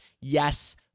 yes